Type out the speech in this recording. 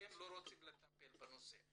אתם לא רוצים לטפל בנושא.